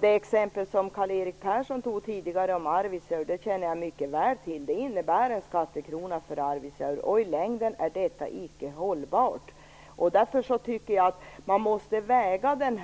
Jag känner mycket väl till det exempel om Arvidsjaur som Karl-Erik Persson tog upp. Det innebär en skattekrona för Arvidsjaur, och i längden är det inte hållbart. Därför måste man väga den